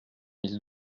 mille